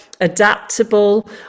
adaptable